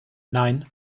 nein